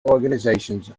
organizations